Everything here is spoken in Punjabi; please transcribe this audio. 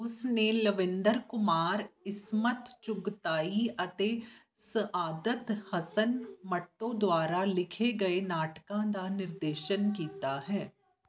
ਉਸ ਨੇ ਲਵੇਂਦਰ ਕੁਮਾਰ ਇਸਮਤ ਚੁਗਤਾਈ ਅਤੇ ਸਆਦਤ ਹਸਨ ਮੰਟੋ ਦੁਆਰਾ ਲਿਖੇ ਗਏ ਨਾਟਕਾਂ ਦਾ ਨਿਰਦੇਸ਼ਨ ਕੀਤਾ ਹੈ